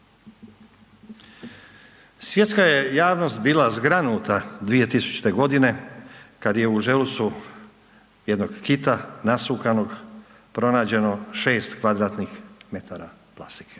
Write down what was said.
Svjetska je javnost bila zgranuta 2000.g. kad je u želucu jednog kita nasukanog pronađeno 6m2 plastike.